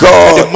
God